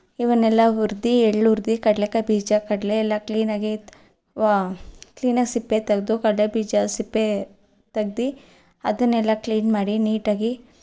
ಇವನ್ನೆಲ್ಲ ಹುರ್ದು ಎಳ್ಳು ಹುರ್ದು ಕಡಲೆ ಕಾಯಿ ಬೀಜ ಕಡಲೆ ಎಲ್ಲ ಕ್ಲೀನಾಗಿ ವಾ ಕ್ಲೀನಾಗಿ ಸಿಪ್ಪೆ ತೆಗೆದು ಕಡಲೆ ಬೀಜ ಸಿಪ್ಪೆ ತೆಗ್ದು ಅದನ್ನೆಲ್ಲ ಕ್ಲೀನ್ ಮಾಡಿ ನೀಟಾಗಿ